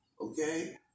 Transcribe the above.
okay